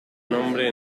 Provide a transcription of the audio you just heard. nombre